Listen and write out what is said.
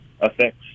affects